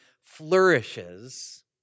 flourishes